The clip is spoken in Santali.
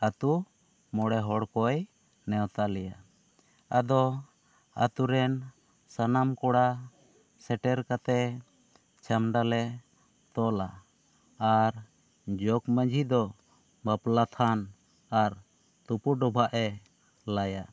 ᱟᱛᱳ ᱢᱚᱬᱮ ᱦᱚᱲ ᱠᱚᱭ ᱱᱮᱣᱛᱟ ᱞᱮᱭᱟ ᱟᱫᱚ ᱟᱛᱳ ᱨᱮᱱ ᱥᱟᱱᱟᱢ ᱠᱚᱲᱟ ᱥᱮᱴᱮᱨ ᱠᱟᱛᱮᱜ ᱪᱷᱟᱢᱰᱟ ᱞᱮ ᱛᱚᱞᱟ ᱟᱨ ᱡᱚᱜᱽ ᱢᱟᱹᱡᱷᱤ ᱫᱚ ᱵᱟᱯᱞᱟ ᱛᱷᱟᱱ ᱟᱨ ᱛᱩᱯᱩ ᱰᱚᱵᱷᱟᱜ ᱮ ᱞᱟᱭᱟ